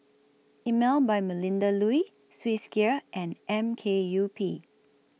Emel By Melinda Looi Swissgear and M K U P